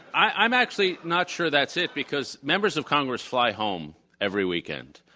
i'm actually not sure that's it because members of congress fly home every weekend.